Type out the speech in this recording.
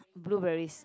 blueberries